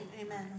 Amen